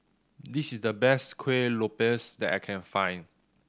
this is the best Kuih Lopes that I can find